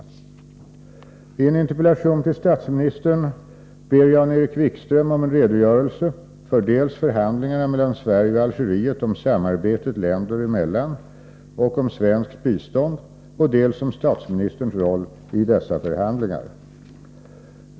I en interpellation till statsministern ber Jan-Erik Wikström om en redogörelse för dels förhandlingarna mellan Sverige och Algeriet om samarbetet länder emellan och om svenskt bistånd, dels om statsministerns roll i dessa förhandlingar.